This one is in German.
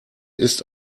ist